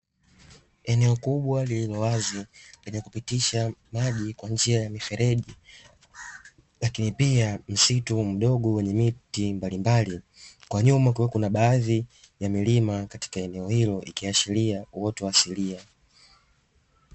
Eneo kubwa lililowazi lenye kupitisha maji kwa njia ya mifereji lakini pia msitu mdogo wenye miti mbalimbali, kwa nyuma kukiwa na baadhi ya milima katika eneo hilo ikiashiria uoto asilia.